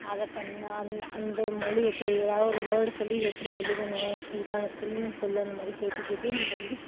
அதை பண்ணு அந் அந்த மொழி எப்படி எதாவது ஒரு வேர்டு சொல்லி இதை எப்படி எழுதணும் இதுக்கான ஸ்பெல்லிங் சொல் அந்த மாதிரி கேட்டு கேட்டு எனக்கு வந்து